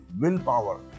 willpower